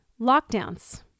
lockdowns